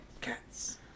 cats